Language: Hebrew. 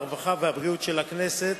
הרווחה והבריאות של הכנסת.